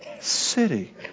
city